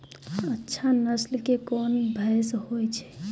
अच्छा नस्ल के कोन भैंस होय छै?